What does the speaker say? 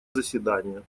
заседания